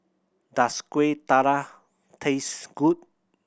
does Kueh Dadar taste good